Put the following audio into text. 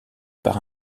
par